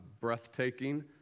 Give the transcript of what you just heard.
breathtaking